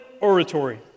oratory